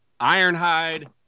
Ironhide